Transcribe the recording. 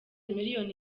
miliyoni